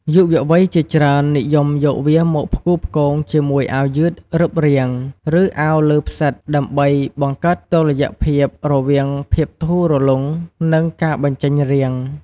យុវវ័យជាច្រើននិយមយកវាមកផ្គូផ្គងជាមួយអាវយឺតរឹបរាង ឬអាវលើផ្សិតដើម្បីបង្កើតតុល្យភាពរវាងភាពធូររលុង និងការបញ្ចេញរាង។